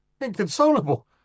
Inconsolable